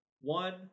one